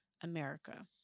America